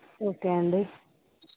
okay అండి